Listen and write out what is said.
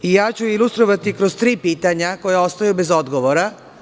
Ja ću ilustrovati kroz tri pitanja koja ostaju bez odgovora.